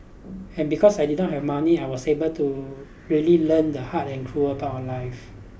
and because I did not have money I was able to really learn the hard and cruel part of life